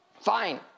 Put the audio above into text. fine